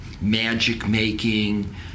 magic-making